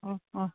अँ अँ